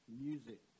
music